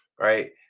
right